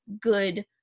good